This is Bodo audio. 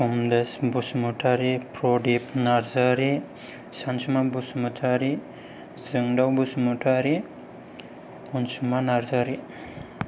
कमलेस बसुमतारि प्रदिप नार्जारि सानसुमा बसुमतारि जोंदाव बसुमतारि अनसुमा नार्जारि